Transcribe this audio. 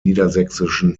niedersächsischen